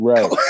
Right